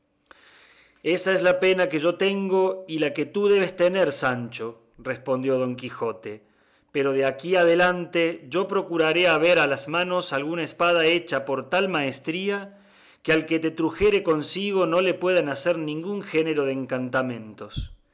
ésa es la pena que yo tengo y la que tú debes tener sancho respondió don quijote pero de aquí adelante yo procuraré haber a las manos alguna espada hecha por tal maestría que al que la trujere consigo no le puedan hacer ningún género de encantamentos